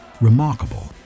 remarkable